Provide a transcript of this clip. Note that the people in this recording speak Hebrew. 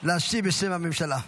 להשיב בשם הממשלה.